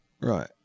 Right